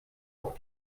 auch